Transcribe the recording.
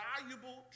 valuable